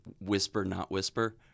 whisper-not-whisper